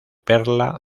perla